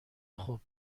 خوب